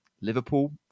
Liverpool